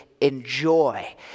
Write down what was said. enjoy